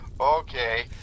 Okay